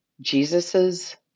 Jesus's